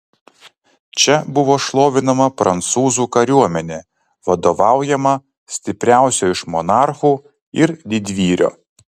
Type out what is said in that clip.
čia buvo šlovinama prancūzų kariuomenė vadovaujama stipriausio iš monarchų ir didvyrio